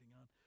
on